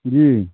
जी